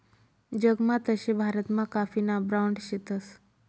जगमा तशे भारतमा काफीना ब्रांड शेतस